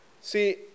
See